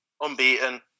Unbeaten